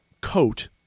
coat